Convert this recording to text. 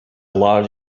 law